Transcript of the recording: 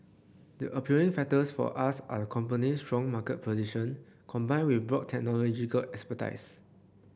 the appealing factors for us are company strong market position combined with broad technological expertise